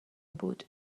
بود